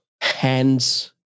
hands